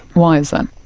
why is that?